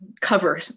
cover